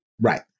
Right